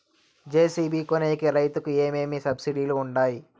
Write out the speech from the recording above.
JCB కొనేకి రైతుకు ఏమేమి సబ్సిడి లు వుంటాయి?